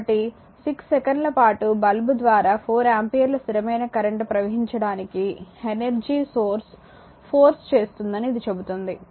కాబట్టి6 సెకన్ల పాటు బల్బు ద్వారా 4 ఆంపియర్ల స్థిరమైన కరెంట్ ప్రవహించడానికి ఎనర్జీ సోర్స్ ఫోర్స్ చేస్తుందని ఇది చెబుతోంది